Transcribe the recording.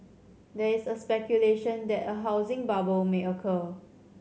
there is speculation that a housing bubble may occur